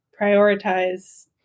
prioritize